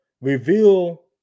reveal